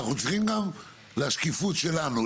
אנחנו צריכים לשקיפות שלנו,